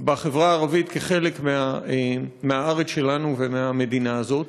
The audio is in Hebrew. בחברה הערבית, כחלק מהארץ שלנו ומהמדינה הזאת.